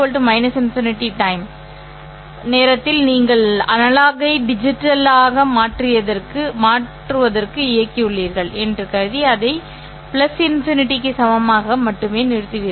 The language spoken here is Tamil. t ∞ time நேரத்தில் நீங்கள் அனலாக்ஸை டிஜிட்டல் மாற்றிக்கு இயக்கியுள்ளீர்கள் என்று கருதி அதை ∞ க்கு சமமாக மட்டுமே நிறுத்துவீர்கள்